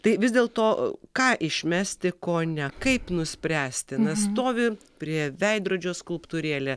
tai vis dėl to ką išmesti ko ne kaip nuspręsti na stovi prie veidrodžio skulptūrėlė